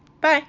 Bye